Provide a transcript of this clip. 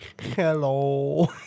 Hello